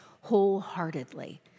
wholeheartedly